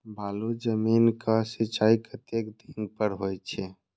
बालू जमीन क सीचाई कतेक दिन पर हो छे?